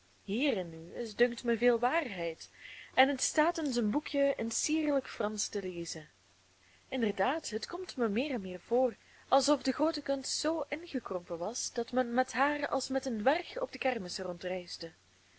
hierin nu is dunkt mij veel waarheid en het staat in zijn boekjen in sierlijk fransch te lezen inderdaad het komt mij meer en meer voor alsof de groote kunst zoo ingekrompen was dat men met haar als met een dwerg op de kermissen